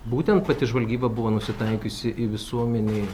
būtent pati žvalgyba buvo nusitaikiusi į visuomenei